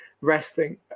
resting